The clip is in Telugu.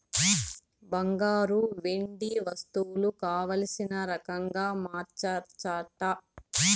బంగారు, వెండి వస్తువులు కావల్సిన రకంగా మార్చచ్చట